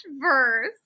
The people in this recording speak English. verse